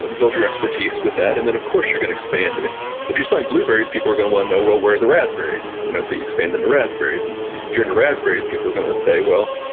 ah build your expertise with that and then of course you're going to expand. if if you're selling blueberries, people are going to want to know, well, where are the raspberries? you know so you expand into raspberries. and if you're in the raspberries, people were going to say, well,